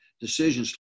decisions